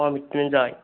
অঁ মৃত্যুঞ্জয়